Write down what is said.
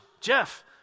Jeff